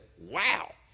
Wow